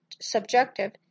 subjective